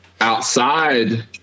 Outside